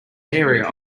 area